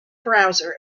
browser